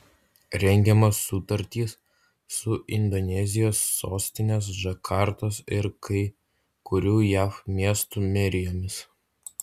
rengiamos sutartys su indonezijos sostinės džakartos ir kai kurių jav miestų merijomis